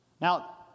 Now